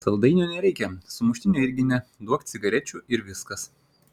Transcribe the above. saldainio nereikia sumuštinio irgi ne duok cigarečių ir viskas